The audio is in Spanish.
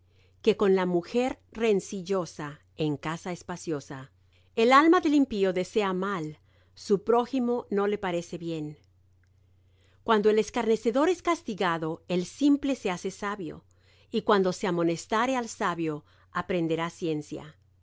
que con la mujer rencillosa en espaciosa casa el alma del impío desea mal su prójimo no le parece bien cuando el escarnecedor es castigado el simple se hace sabio y cuando se amonestare al sabio aprenderá ciencia